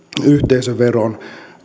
yhteisöveron